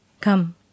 Come